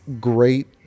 great